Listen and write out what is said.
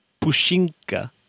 Pushinka